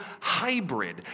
hybrid